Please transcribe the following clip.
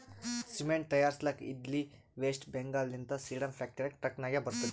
cement ತೈಯಾರ್ಸ್ಲಕ್ ಇದ್ಲಿ ವೆಸ್ಟ್ ಬೆಂಗಾಲ್ ಲಿಂತ ಸೇಡಂ ಫ್ಯಾಕ್ಟರಿಗ ಟ್ರಕ್ ನಾಗೆ ಬರ್ತುದ್